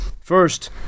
first